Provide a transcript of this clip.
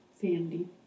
Sandy